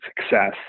success